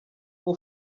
who